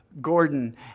Gordon